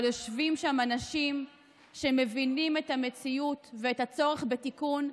אבל יושבים שם אנשים שמבינים את המציאות ואת הצורך בתיקון.